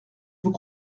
vous